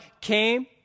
came